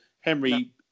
Henry